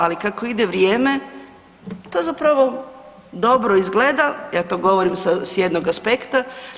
Ali kako ide vrijeme to zapravo dobro izgleda, ja to govorim s jednog aspekta.